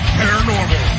paranormal